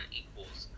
equals